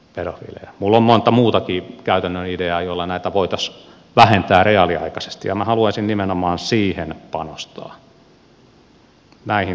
minulla on monta muutakin käytännön ideaa joilla näitä voitaisiin vähentää reaaliaikaisesti ja minä haluaisin nimenomaan siihen panostaa näihin toimintoihin